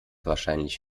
wahrscheinlich